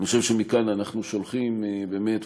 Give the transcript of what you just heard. אני חושב שמכאן אנחנו שולחים באמת,